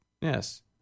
Yes